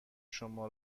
شما